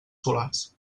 solars